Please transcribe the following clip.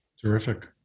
Terrific